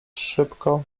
szybko